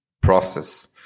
process